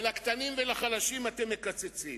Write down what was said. ולקטנים ולחלשים אתם מקצצים.